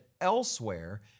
elsewhere